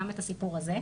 גם את הסיפור הזה.